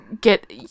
get